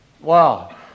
Wow